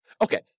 Okay